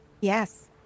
Yes